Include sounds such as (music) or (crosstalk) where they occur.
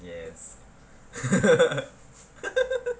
yes (laughs)